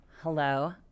hello